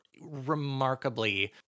remarkably